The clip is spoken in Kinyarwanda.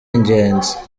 ingenzi